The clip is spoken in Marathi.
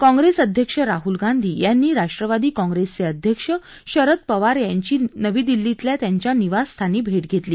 काँग्रेस अध्यक्ष राहल गांधी यांनी राष्ट्रवादी काँग्रेसचे अध्यक्ष शरद पवार यांची आज नवी दिल्लीतल्या त्यांच्या निवासस्थानी भेट घेतली